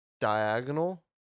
diagonal